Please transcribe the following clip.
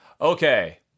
Okay